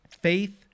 Faith